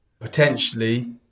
potentially